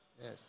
Yes